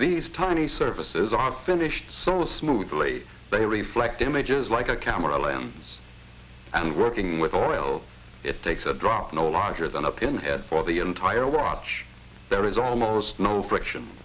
these tiny services are finished so smoothly they reflect images like a camera lens and working with oil it takes a drop no larger than a pinhead for the entire watch there is almost no friction